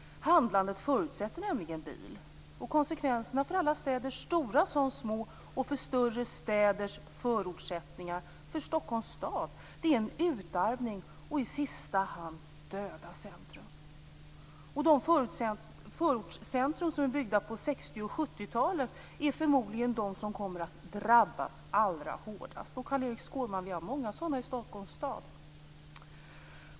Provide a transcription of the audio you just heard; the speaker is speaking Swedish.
Handlandet förutsätter nämligen bil. Konsekvenserna för alla städer, såväl stora som små, och för större städers förortscentrum - det gäller även Stockholms stad - är utarmning och i sista hand döda centrum. De förortscentrum som byggdes på 60 och 70 talen kommer förmodligen att drabbas allra hårdast. Carl-Erik Skårman, vi har många sådana i Stockholms stad!